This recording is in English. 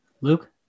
Luke